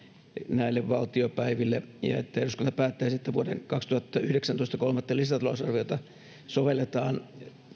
näille valtiopäiville ja että eduskunta päättäisi että vuoden kaksituhattayhdeksäntoista kolmatta lisätalousarviota sovelletaan